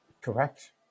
Correct